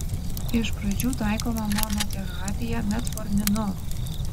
iš pradžių taikoma monoterapija metforminu